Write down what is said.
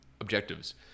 objectives